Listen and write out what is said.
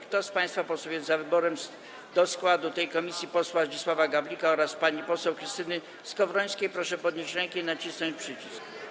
Kto z państwa posłów jest za wyborem do składu tej komisji posła Zdzisława Gawlika oraz pani poseł Krystyny Skowrońskiej, proszę podnieść rękę i nacisnąć przycisk.